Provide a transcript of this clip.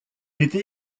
était